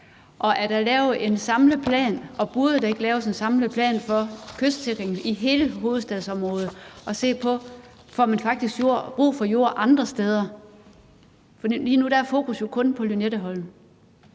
plan for kystsikringen, og burde der ikke laves en samlet plan for kystsikringen i hele hovedstadsområdet og ses på, om man faktisk får brug for jord andre steder? For lige nu er fokus jo kun på Lynetteholm.